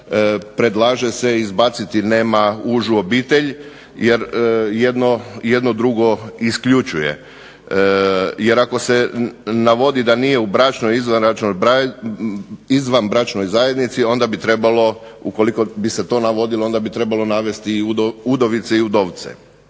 predlaže se izbaciti nema užu obitelj jer jedno drugo isključuje. Jer ako se navodi da nije u bračnoj, izvanbračnoj zajednici onda bi trebalo ukoliko bi se to navodilo onda bi trebalo navesti udovice i udovce.